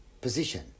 position